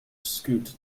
scoot